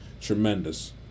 Tremendous